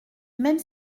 même